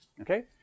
Okay